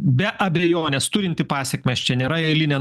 be abejonės turintį pasekmes čia nėra eilinė